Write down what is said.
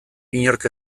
inork